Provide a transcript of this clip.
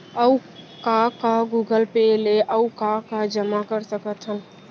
अऊ का का गूगल पे ले अऊ का का जामा कर सकथन?